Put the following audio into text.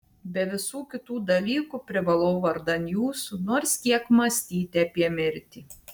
be visų kitų dalykų privalau vardan jūsų nors kiek mąstyti apie mirtį